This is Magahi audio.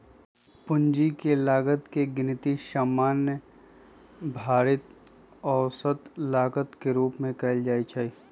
पूंजी के लागत के गिनती सामान्य भारित औसत लागत के रूप में कयल जाइ छइ